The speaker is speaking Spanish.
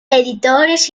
editores